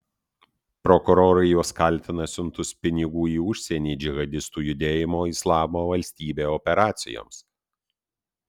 prokurorai juos kaltina siuntus pinigų į užsienį džihadistų judėjimo islamo valstybė operacijoms